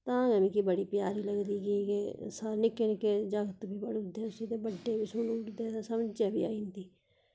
तां गै मिगी बड़ी प्यारी लग्गी कि के सा निक्के निक्के जागत बी पढ़ी उड़दे उसी ते बड्डे बी समझै बी आई जंदी